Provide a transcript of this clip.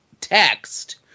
text